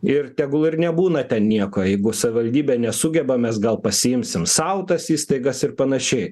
ir tegul ir nebūna ten nieko jeigu savivaldybė nesugeba mes gal pasiimsim sau tas įstaigas ir panašiai